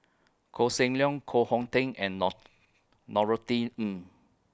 Koh Seng Leong Koh Hong Teng and Nor Norothy Ng